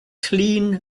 clean